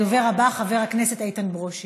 הדובר הבא, חבר הכנסת איתן ברושי.